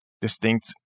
distinct